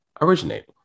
originate